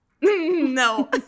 No